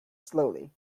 slowly